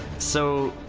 so,